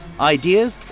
ideas